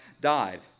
died